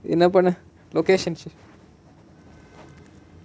in urban locations